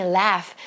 laugh